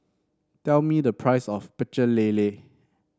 tell me the price of Pecel Lele